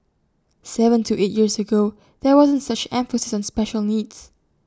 Seven to eight years ago there wasn't such emphasis on special needs